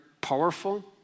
powerful